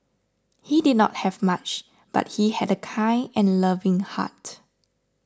he did not have much but he had a kind and loving heart